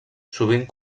sovint